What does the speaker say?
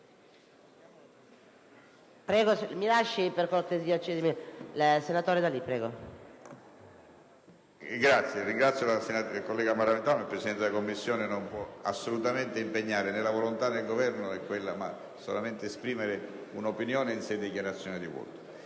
Signora Presidente, il Presidente della Commissione non può assolutamente impegnare la volontà del Governo, ma solamente esprimere un'opinione in sede di dichiarazione di voto.